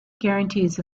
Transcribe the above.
guarantees